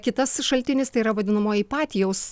kitas šaltinis tai yra vadinamoji ipatijaus